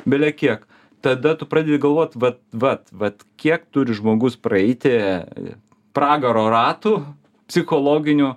belekiek tada tu pradedi galvot vat vat vat kiek turi žmogus praeiti pragaro ratų psichologinių